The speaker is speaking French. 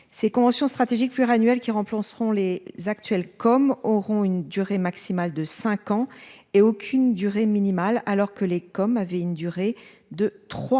Ces conventions stratégique pluriannuel qui remplaceront les actuels comme auront une durée maximale de 5 ans et aucune durée minimale, alors que les comme avaient une durée de 3 à